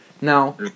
Now